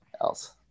else